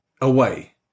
Away